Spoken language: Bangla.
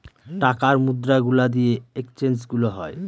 টাকার মুদ্রা গুলা দিয়ে এক্সচেঞ্জ গুলো হয়